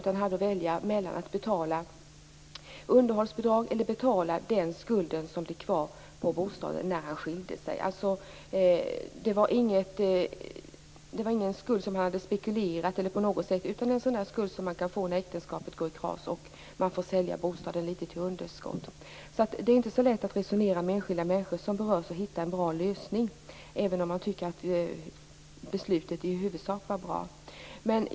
Han hade att välja mellan att betala underhållsbidrag eller att betala den skuld för bostaden som hade blivit kvar efter skilsmässan. Skulden hade alltså inte uppkommit genom spekulation utan det var en skuld som man kan få när ett äktenskap har gått i kras och bostaden har sålts med förlust. Det är inte så lätt att resonera med enskilda människor för att hitta en bra lösning, även om man tycker att beslutet i huvudsak var bra.